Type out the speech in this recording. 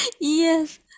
Yes